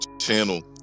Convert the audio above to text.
channel